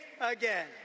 again